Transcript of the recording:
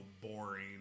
boring